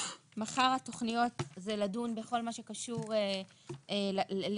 מחר התכניות הן לדון בכל מה שקשור לעולם